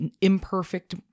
imperfect